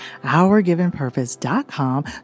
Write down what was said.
OurGivenPurpose.com